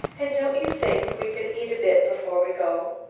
and don't you think we could eat a bit before we go?